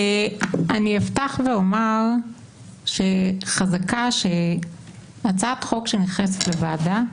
אני אפתח ואומר שחזקה שהצעת חוק שנכנסת לוועדה,